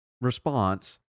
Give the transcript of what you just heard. response